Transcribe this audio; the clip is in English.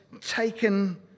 taken